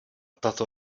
tato